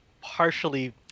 partially